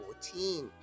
14